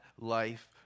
life